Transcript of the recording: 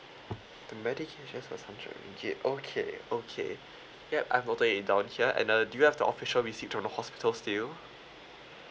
the medications was hundred ringgit okay okay okay yup I've noted it down here and uh do you have the official receipt from the hospital still